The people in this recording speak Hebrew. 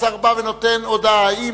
השר בא ונותן הודעה.